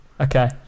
Okay